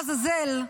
לעזאזל,